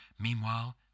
Meanwhile